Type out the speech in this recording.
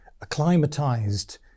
acclimatized